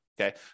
Okay